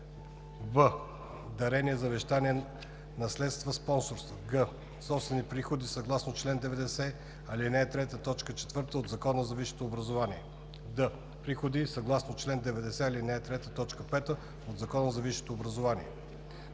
в) дарения, завещания, наследства, спонсорство; г) собствени приходи съгласно чл. 90, ал. 3, т. 4 от Закона за висшето образование; д) приходи съгласно чл. 90, ал. 3, т. 5 от Закона за висшето образование.